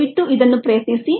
ದಯವಿಟ್ಟು ಇದನ್ನು ಪ್ರಯತ್ನಿಸಿ